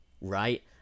right